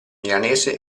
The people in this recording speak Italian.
milanese